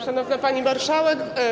Szanowna Pani Marszałek!